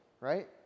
right